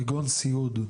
כגון סיעוד,